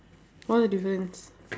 what's the difference